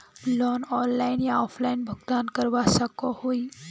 Loan online या offline भुगतान करवा सकोहो ही?